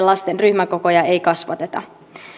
lasten ryhmäkokoja ei kasvateta